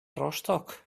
rostock